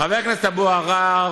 חבר הכנסת אבו עראר